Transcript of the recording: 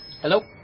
Hello